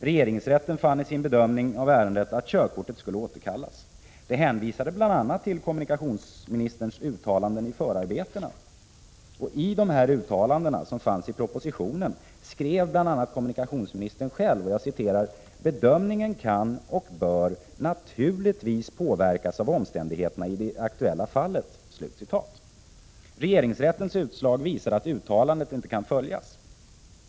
Regeringsrätten fann i sin bedömning av ärendet att körkortet skulle återkallas. Man hänvisade till kommunikationsministerns uttalanden i förarbetena. I propositionen som låg till grund för ändringen av körkortslagen skrev dock kommunikationsministern själv: ”Bedömningen kan — och bör — naturligtvis påverkas av omständigheterna i det aktuella fallet.” Regeringsrättens utslag visar att det uttalandet inte kan följas.